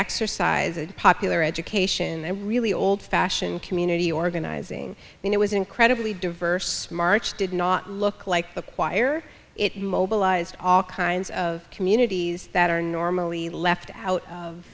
exercise a popular education and really old fashioned community organizing and it was incredibly diverse march did not look like a choir it mobilized all kinds of communities that are normally left out of